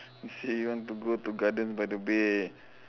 you said you want to go to Gardens-by-the-Bay